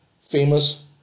famous